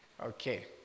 Okay